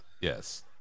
Yes